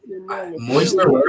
Moisture